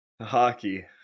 Hockey